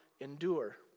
endure